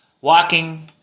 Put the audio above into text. Walking